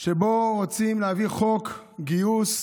שבו רוצים להביא חוק גיוס.